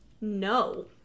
No